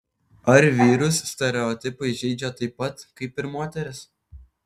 ar vyrus stereotipai žeidžia taip pat kaip ir moteris